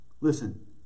Listen